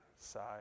side